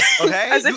Okay